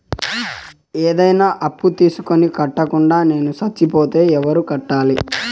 ఏదైనా అప్పు తీసుకొని కట్టకుండా నేను సచ్చిపోతే ఎవరు కట్టాలి?